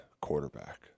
quarterback